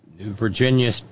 Virginia